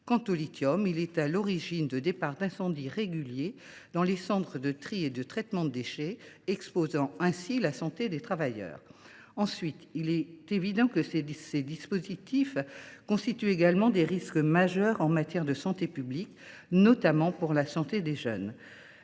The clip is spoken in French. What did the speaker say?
Quant au lithium, il est à l’origine de départs d’incendies réguliers dans les centres de tri et de traitement des déchets, mettant ainsi en péril la santé des travailleurs. Ensuite, il est évident que ces dispositifs constituent des risques majeurs en matière de santé publique, notamment pour la santé des jeunes.